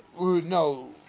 No